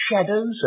shadows